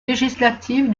législative